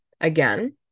again